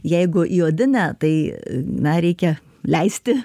jeigu į odinę tai na reikia leisti